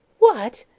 what!